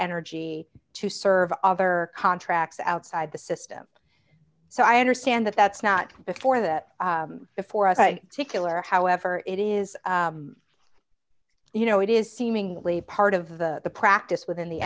energy to serve other contracts outside the system so i understand that that's not before that before i tickler however it is you know it is seemingly part of the practice within the